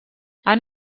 han